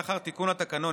לאחר תיקון התקנון,